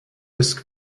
risk